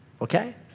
okay